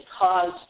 caused